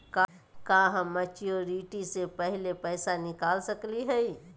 का हम मैच्योरिटी से पहले पैसा निकाल सकली हई?